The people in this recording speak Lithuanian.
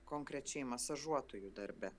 konkrečiai masažuotojų darbe